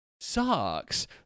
sucks